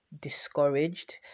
discouraged